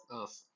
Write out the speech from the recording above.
Earth